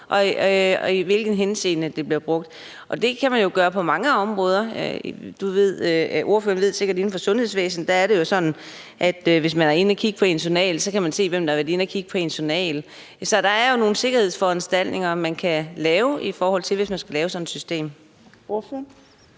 og i hvilken henseende det bliver brugt. Det kan man jo gøre på mange områder. Ordføreren ved sikkert, at inden for sundhedsvæsenet er det jo sådan, at hvis nogen har været inde og kigge på ens journal, så kan man se, hvem der har været inde og kigge. Så der er jo nogle sikkerhedsforanstaltninger, man kan lave, hvis man skal lave sådan et system.